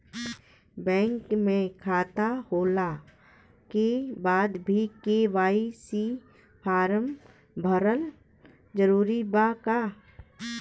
Bank में खाता होला के बाद भी के.वाइ.सी फार्म भरल जरूरी बा का?